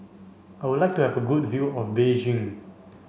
I would like to have a good view of Beijing